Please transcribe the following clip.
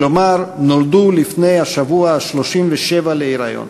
כלומר נולדו לפני השבוע ה-37 להיריון.